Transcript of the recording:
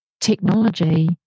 technology